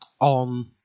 on